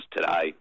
today